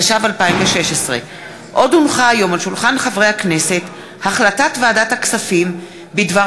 התשע"ו 2016. החלטת ועדת הכספים בדבר